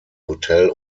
hotel